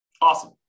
Awesome